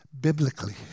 biblically